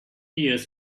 years